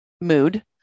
mood